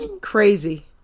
crazy